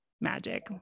magic